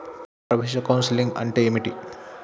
ప్రవేశ కౌన్సెలింగ్ అంటే ఏమిటి?